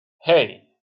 hey